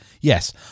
yes